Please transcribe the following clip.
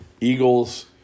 Eagles